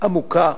עמוקה